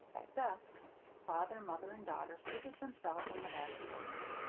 at dusk father, mother, and daughter seated themselves on the back porch.